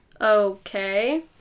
Okay